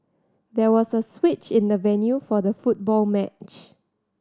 there was a switch in the venue for the football match